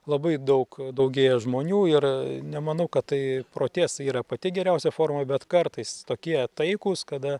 labai daug daugėja žmonių ir nemanau kad tai protestai yra pati geriausia forma bet kartais tokie taikūs kada